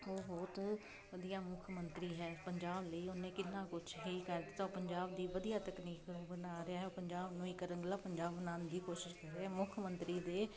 ਉਹ ਬਹੁਤ ਵਧੀਆ ਮੁੱਖ ਮੰਤਰੀ ਹੈ ਪੰਜਾਬ ਲਈ ਉਹਨੇ ਕਿੰਨਾ ਕੁਛ ਹੀ ਕਰ ਦਿੱਤਾ ਪੰਜਾਬ ਦੀ ਵਧੀਆ ਤਕਨੀਕ ਬਣਾ ਰਿਹਾ ਉਹ ਪੰਜਾਬ ਨੂੰ ਇੱਕ ਰੰਗਲਾ ਪੰਜਾਬ ਬਣਾਉਣ ਦੀ ਕੋਸ਼ਿਸ਼ ਕਰ ਰਿਹਾ ਮੁੱਖ ਮੰਤਰੀ ਦੇ